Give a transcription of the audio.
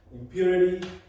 impurity